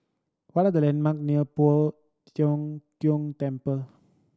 what are the landmark near Poh Tiong Tiong Temple